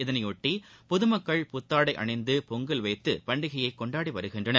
இதனையெட்டி பொது மக்கள் புத்தாடை அணிந்து பொங்கல் வைத்த பண்டிகையை கொண்டாடி வருகின்றனர்